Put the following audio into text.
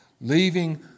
Leaving